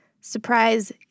surprise